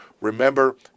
remember